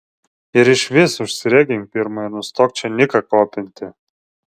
ir išvis užsiregink pirma ir nustok čia niką kopinti